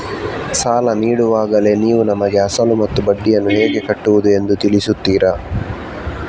ಸಾಲ ನೀಡುವಾಗಲೇ ನೀವು ನಮಗೆ ಅಸಲು ಮತ್ತು ಬಡ್ಡಿಯನ್ನು ಹೇಗೆ ಕಟ್ಟುವುದು ಎಂದು ತಿಳಿಸುತ್ತೀರಾ?